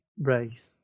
race